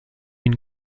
une